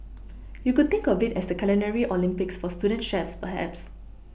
you could think of it as the Culinary Olympics for student chefs perhaps